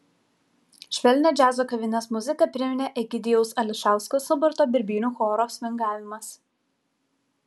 švelnią džiazo kavinės muziką priminė egidijaus ališausko suburto birbynių choro svingavimas